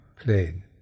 played